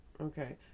Okay